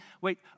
Wait